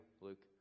Luke